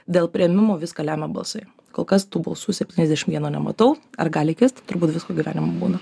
dėl priėmimo viską lemia balsai kol kas tų balsų septyniasdešimt vieno nematau ar gali kist turbūt visko gyvenime būna